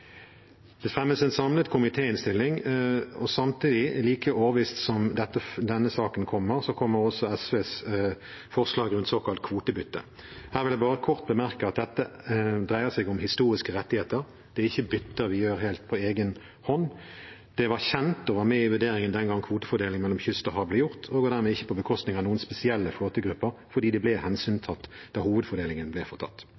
Det fremmes en samlet komitéinnstilling, og samtidig – like årvisst som denne saken kommer – kommer SVs forslag rundt såkalt kvotebytte. Her vil jeg bare kort bemerke at dette dreier seg om historiske rettigheter. Det er ikke bytter vi gjør helt på egen hånd. Det var kjent og med i vurderingen den gangen kvotefordelingen mellom kyst og hav ble gjort, og er dermed ikke på bekostning av noen spesielle flåtegrupper fordi det ble